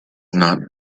not